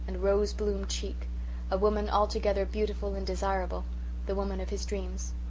and rose-bloom cheek a woman altogether beautiful and desirable the woman of his dreams.